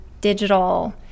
digital